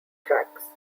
tracks